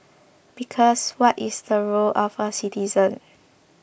because what is the role of a citizen